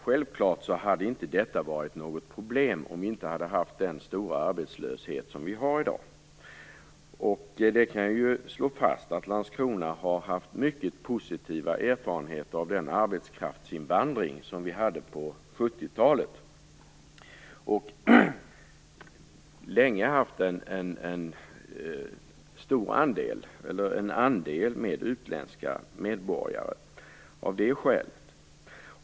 Fru talman! Detta hade självfallet inte varit något problem om vi inte hade haft den stora arbetslöshet som vi har i dag. Jag kan slå fast att Landskrona har haft mycket positiva erfarenheter av arbetskraftsinvandringen på 70-talet. Vi har av det skälet länge haft en andel utländska medborgare.